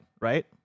right